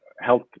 health